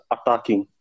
Attacking